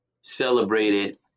celebrated